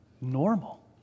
Normal